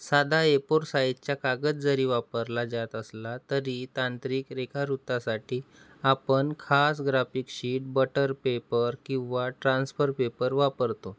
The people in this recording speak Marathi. साधा एपोर साईजच्या कागद जरी वापरला जात असला तरी तांत्रिक रेखावृत्तासाठी आपण खास ग्राफिक शीट बटर पेपर किंवा ट्रान्सफर पेपर वापरतो